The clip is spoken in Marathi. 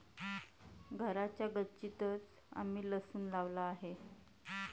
घराच्या गच्चीतंच आम्ही लसूण लावला आहे